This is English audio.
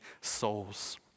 souls